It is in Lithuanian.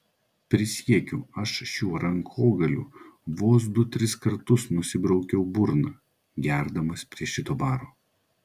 prisiekiu aš šiuo rankogaliu vos du tris kartus nusibraukiau burną gerdamas prie šito baro